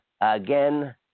Again